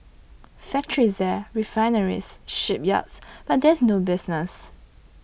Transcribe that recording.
factories there refineries shipyards but there's no business